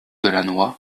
delannoy